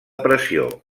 pressió